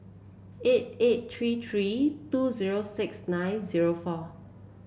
eight eight three three two zero six nine zero four